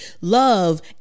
love